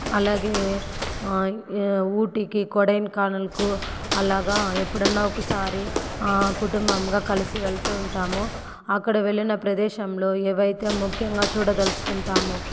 అలాగే ఊటీకి కొడైకెనాల్కు అలాగా ఎప్పుడన్నా ఒక్కసారి కుటుంబం కలిసి వెళ్తూ ఉంటాము అక్కడ వెళ్లిన ప్రదేశంలో ఏవైతే ముఖ్యంగా చూడదలుచుకుంటాము